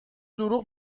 دروغ